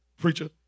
preacher